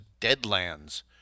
deadlands